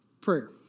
Prayer